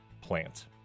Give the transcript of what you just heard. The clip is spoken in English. plant